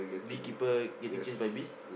beekeeper getting chased by bees